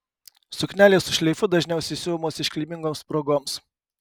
suknelės su šleifu dažniausiai siuvamos iškilmingoms progoms